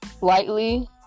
lightly